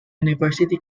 university